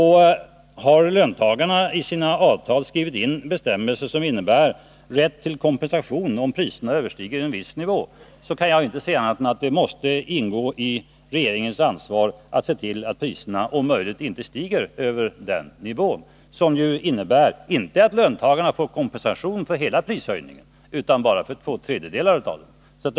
Har löntagarna i sina avtal skrivit in bestämmelser som innebär rätt till kompensation om priserna överstiger en viss nivå, så kan jag inte finna annat än att det ingår i regeringens ansvar att se till att priserna om möjligt inte överstiger den nivån. Gör de det, så får löntagarna inte kompensation för hela prishöjningen utan bara för två tredjedelar av den.